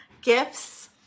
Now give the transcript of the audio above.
Gifts